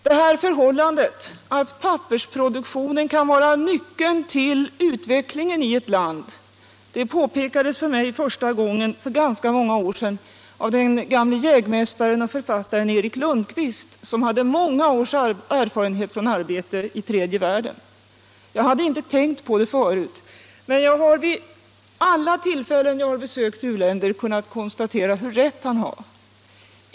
Det förhållandet att pappersproduktionen kan vara nyckeln till utvecklingen i ett land påpekades för mig första gången för ganska många år sedan av den gamle jägmästaren och författaren Eric Lundqvist, som hade många års erfarenhet från arbete i tredje världen. Jag har inte tänkt på det förut, men jag har vid alla tillfällen då jag besökt u-länder kunnat konstatera hur rätt han har.